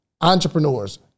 entrepreneurs